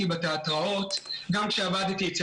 גם כשעבדתי בתיאטראות,